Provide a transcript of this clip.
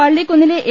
പള്ളിക്കുന്നിലെ A